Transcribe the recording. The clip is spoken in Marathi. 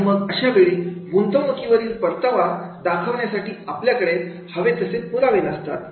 आणि मग अशावेळी गुंतवणुकीवरील परतावा दाखवण्यासाठी आपल्याकडे हवे तसे पुरावे नसतात